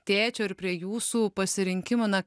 tėčio ir prie jūsų pasirinkimų na